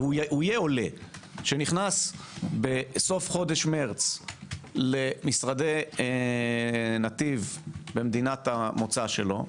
והוא יהיה עולה שנכנס בסוף חודש מרס למשרדי נתיב במדינת המוצא שלו,